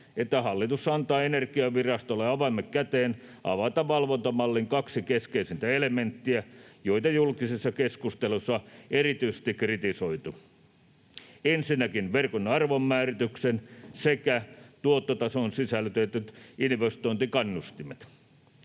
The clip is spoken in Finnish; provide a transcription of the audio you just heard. että hallitus antaa Energiavirastolle avaimet käteen avata valvontamallin kaksi keskeisintä elementtiä, joita julkisessa keskustelussa on erityisesti kritisoitu: Ensinnäkin verkon arvonmäärityksen sekä tuottotasoon sisällytetyt investointikannustimet.